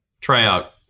tryout